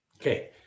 Okay